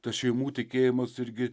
tas šeimų tikėjimas irgi